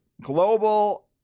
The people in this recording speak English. global